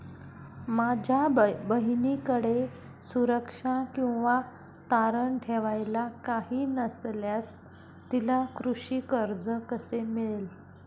माझ्या बहिणीकडे सुरक्षा किंवा तारण ठेवायला काही नसल्यास तिला कृषी कर्ज कसे मिळेल?